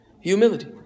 Humility